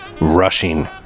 rushing